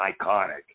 iconic